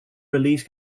release